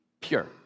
pure